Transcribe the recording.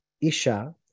isha